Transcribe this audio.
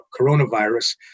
coronavirus